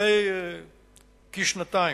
לפני כשנתיים,